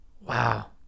Wow